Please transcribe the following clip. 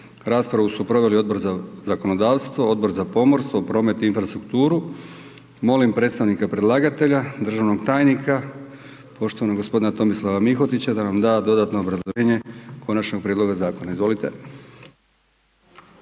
Raspravu su proveli Odbor za zakonodavstvo, Odbor za pomorstvo, promet i infrastrukturu. Molim predstavnika predlagatelja državnog tajnika poštovanog gospodina Tomislava Mihotića da nam da dodatno obrazloženje konačnog prijedloga zakona. Izvolite.